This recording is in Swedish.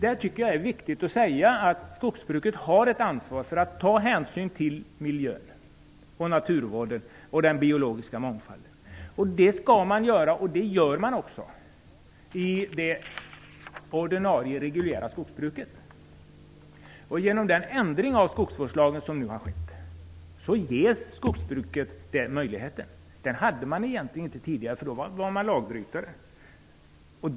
Där tycker jag att det är viktigt att säga att skogsbruket har ett ansvar för att ta hänsyn till miljön, till naturvården och till den biologiska mångfalden. Det skall man göra, och det gör man också i det ordinarie reguljära skogsbruket. Genom den ändring av skogsvårdslagen som nu har skett ges skogsbruket möjlighet att ta detta ansvar. Den möjligheten hade man egentligen inte tidigare, för då var man lagbrytare.